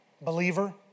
believer